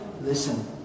listen